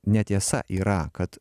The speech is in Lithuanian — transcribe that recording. netiesa yra kad